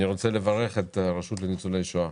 אני רוצה לברך את הרשות לניצולי שואה.